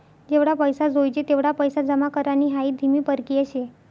जेवढा पैसा जोयजे तेवढा पैसा जमा करानी हाई धीमी परकिया शे